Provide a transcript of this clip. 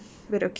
!huh!